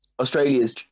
Australia's